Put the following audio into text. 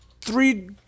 three